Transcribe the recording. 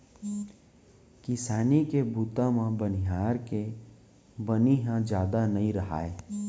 किसानी के बूता म बनिहार के बनी ह जादा नइ राहय